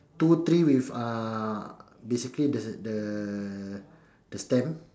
two tree with uh basically the the the stamp